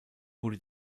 wurde